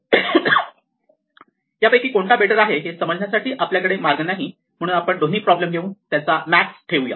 या दोन्हीपैकी कोणता बेटर आहे हे समजण्यासाठी आपल्याकडे मार्ग नाही म्हणून आपण दोन्ही प्रॉब्लेम घेऊन त्याचा मॅक्स ठेवू या